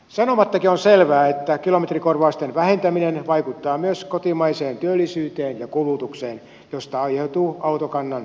sanomattakin on selvää että kilometrikorvausten vähentäminen vaikuttaa myös kotimaiseen työllisyyteen ja kulutukseen mistä aiheutuu autokannan vanhentuminen